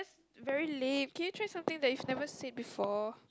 very lame can you try something that you've never said before